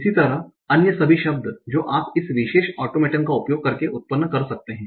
इसी तरह अन्य सभी शब्द जो आप इस विशेष ऑटोमेटन का उपयोग करके उत्पन्न कर सकते हैं